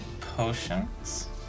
potions